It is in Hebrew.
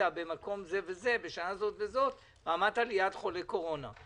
במקום זה וזה בשעה זאת וזאת ועמדת ליד חולה קורונה.